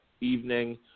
evening